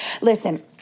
Listen